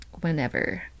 whenever